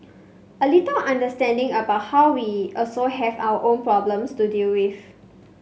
a little understanding about how we also have our own problems to deal with